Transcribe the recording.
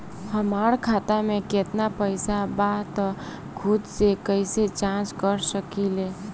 हमार खाता में केतना पइसा बा त खुद से कइसे जाँच कर सकी ले?